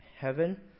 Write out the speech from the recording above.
heaven